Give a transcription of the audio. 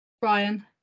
Brian